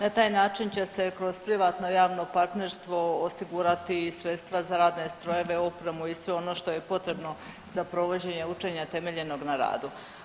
Na taj način će se kroz privatno javno partnerstvo osigurati i sredstva za radne strojeve, opremu i sve ono što je potrebno za provođenje učenja temeljenog na radu.